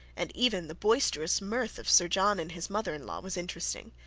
and even the boisterous mirth of sir john and his mother-in-law was interesting.